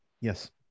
Yes